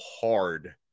hard